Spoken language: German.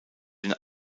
den